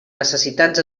necessitats